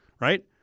right